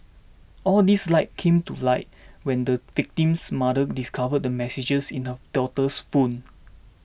all these came to light when the victim's mother discovered the messages in her daughter's phone